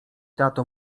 tato